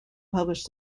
publish